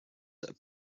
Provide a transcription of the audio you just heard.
have